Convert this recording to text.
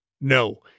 No